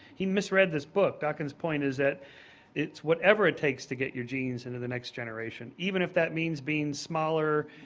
he misread this book. dawkins' point is that it's whatever it takes to get your genes into the next generation, even if that means being smaller,